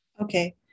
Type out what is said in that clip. Okay